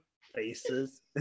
faces